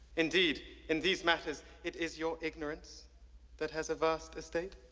indeed, in these matters, it is your ignorance that has a vast estate.